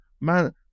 man